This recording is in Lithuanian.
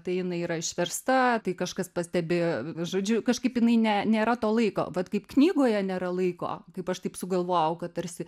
tai jinai yra išversta tai kažkas pastebi žodžiu kažkaip jinai ne nėra to laiko vat kaip knygoje nėra laiko kaip aš taip sugalvojau kad tarsi